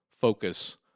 focus